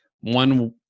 One